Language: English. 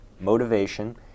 motivation